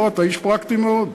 בוא, אתה איש פרקטי מאוד.